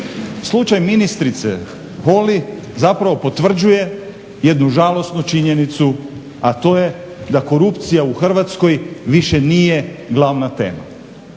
Slučaj ministrice Holy zapravo potvrđuje jednu žalosnu činjenicu, a to je da korupcija u Hrvatskoj više nije glavna tema.